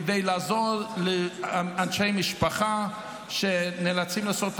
כדי לעזור לאנשי משפחה שנאלצים לעשות את